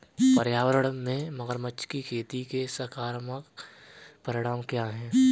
पर्यावरण में मगरमच्छ की खेती के सकारात्मक परिणाम क्या हैं?